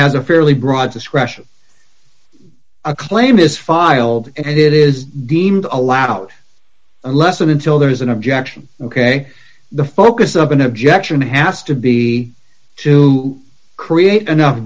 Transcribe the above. has a fairly broad discretion a claim is filed and it is deemed a laugh out lesson until there is an objection ok the focus of an objection has to be to create enough